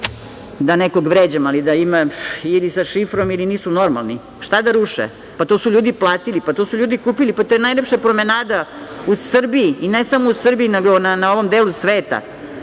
da nekog vređam, ali da ih ima ili sa šifrom ili nisu normalni. Šta da ruše? To su ljudi platili. To su ljudi kupili. To je najlepša promenada u Srbiji, i ne samo u Srbiji, nego na ovom delu svetu.